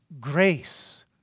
grace